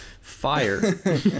Fire